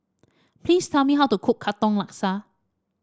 please tell me how to cook Katong Laksa